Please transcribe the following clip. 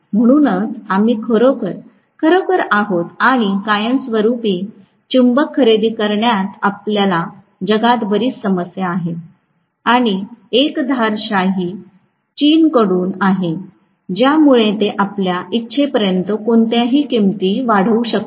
म्हणूनच आम्ही खरोखरखरोखरच आहोत आणि कायमस्वरूपी चुंबक खरेदी करण्यात आपल्याला जगात बरीच समस्या आहेत आणि एकाधिकारशाही चीनकडून आहे ज्यामुळे ते आपल्या इच्छेपर्यंत कोणत्याही किंमती वाढवू शकतात